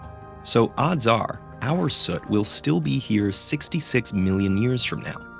so odds are our soot will still be here sixty six million years from now,